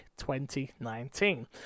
2019